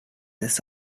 this